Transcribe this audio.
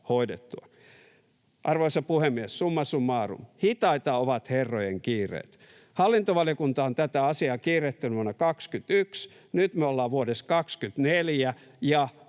Arvoisa puhemies! Summa summarum: Hitaita ovat herrojen kiireet. Hallintovaliokunta on tätä asiaa kiirehtinyt vuonna 21. Nyt me ollaan vuodessa 24,